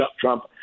Trump